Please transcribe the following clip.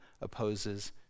opposes